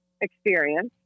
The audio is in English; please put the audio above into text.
experience